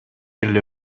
эле